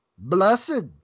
Blessed